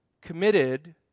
committed